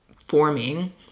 forming